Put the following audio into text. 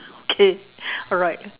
okay alright